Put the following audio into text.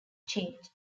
changed